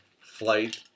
flight